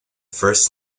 first